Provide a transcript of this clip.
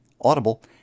Audible